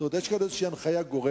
זאת אומרת, יש כאן איזו הנחיה גורפת,